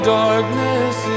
darkness